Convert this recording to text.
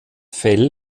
fell